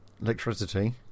electricity